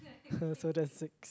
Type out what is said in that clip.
so there's six